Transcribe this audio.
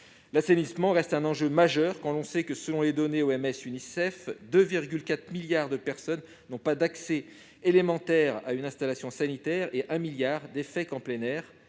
L'assainissement reste un enjeu majeur quand l'on sait que, selon les données de l'OMS et de l'Unicef, 2,4 milliards de personnes n'ont pas d'accès élémentaire à une installation sanitaire et que 1 milliard d'entre elles